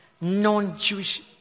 non-Jewish